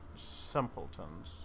simpletons